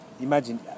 imagine